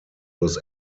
los